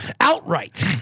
outright